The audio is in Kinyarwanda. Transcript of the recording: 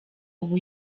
uba